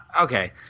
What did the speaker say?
Okay